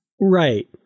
right